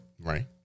Right